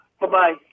Bye-bye